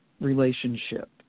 relationship